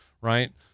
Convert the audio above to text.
right